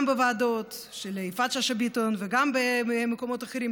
גם בוועדות של יפעת שאשא ביטון וגם במקומות אחרים,